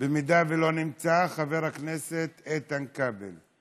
אם הוא לא נמצא, חבר הכנסת איתן כבל,